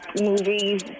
movies